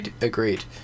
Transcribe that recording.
Agreed